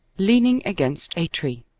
leaning against a tree.